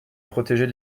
protéger